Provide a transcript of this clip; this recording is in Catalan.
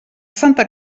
santa